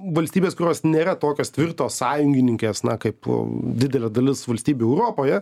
valstybės kurios nėra tokios tvirtos sąjungininkės na kaip didelė dalis valstybių europoje